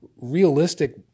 realistic